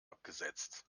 abgesetzt